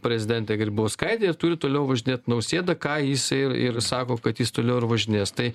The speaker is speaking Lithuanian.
prezidentė grybauskaitė turi toliau važinėt nausėda ką jisai ir ir sako kad jis toliau ir važinės tai